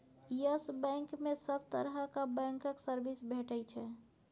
yes Bank मे सब तरहक बैंकक सर्विस भेटै छै